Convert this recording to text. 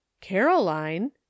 caroline